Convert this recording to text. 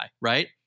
right